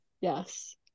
Yes